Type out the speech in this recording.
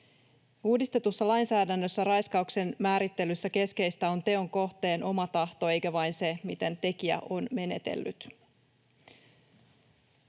Uudistetussa lainsäädännössä raiskauksen määrittelyssä keskeistä on teon kohteen oma tahto eikä vain se, miten tekijä on menetellyt.